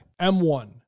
M1